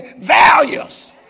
values